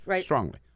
strongly